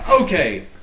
okay